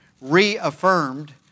reaffirmed